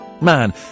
man